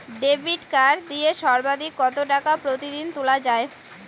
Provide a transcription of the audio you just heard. Debit card দিয়ে সর্বাধিক কত টাকা প্রতিদিন তোলা য়ায়?